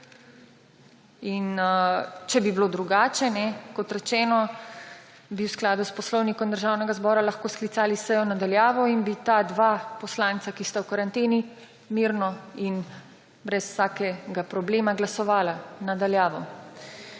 Če bi bilo drugače, kot rečeno, bi v skladu s Poslovnikom Državnega zbora lahko sklicali sejo na daljavo in bi ta dva poslanca, ki sta v karanteni, mirno in brez vsakega problema glasovala na daljavo.